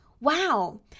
wow